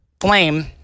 flame